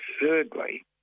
thirdly